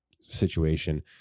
situation